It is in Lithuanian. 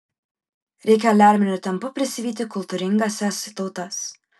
reikia aliarminiu tempu prisivyti kultūringąsias tautas